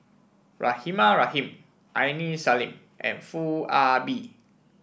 Rahimah Rahim Aini Salim and Foo Ah Bee